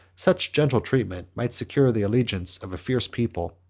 such gentle treatment might secure the allegiance of a fierce people,